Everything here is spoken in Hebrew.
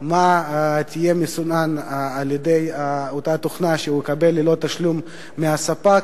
מה יהיה מסונן על-ידי אותה תוכנה שהלקוח יקבל ללא תשלום מהספק,